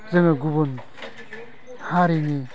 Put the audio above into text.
जोङो गुबुन हारिनि